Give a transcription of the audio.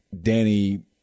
Danny